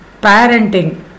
parenting